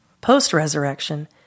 Post-resurrection